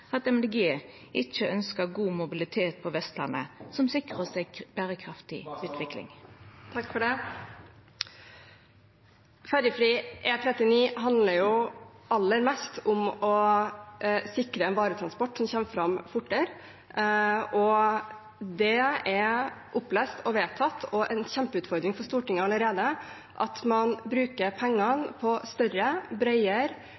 Dei Grøne ikkje ønskjer god mobilitet på Vestlandet, som sikrar oss ei berekraftig utvikling? Fergefri E39 handler jo aller mest om å sikre en varetransport som kommer fram fortere. Det er opplest og vedtatt og en kjempeutfordring for Stortinget allerede at man bruker